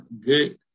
good